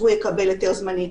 הוא יקבל היתר זמני.